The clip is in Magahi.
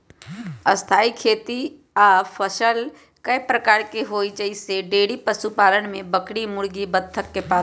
स्थाई खेती या फसल कय प्रकार के हई जईसे डेइरी पशुपालन में बकरी मुर्गी बत्तख के पालन